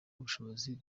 ubushobozi